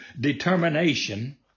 determination